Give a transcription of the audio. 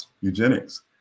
eugenics